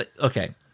Okay